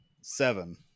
seven